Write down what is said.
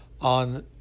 on